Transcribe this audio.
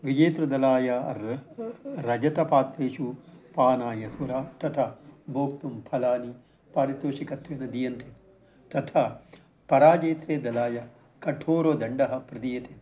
विजेतृदलाय रजतपात्रेषु पानाय सुरा तथा भोक्तुं फलानि पारितोषिकत्वेन दीयन्ते तथा पराजेत्रे दलाय कठोरदण्डः प्रदीयते